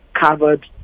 covered